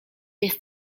jest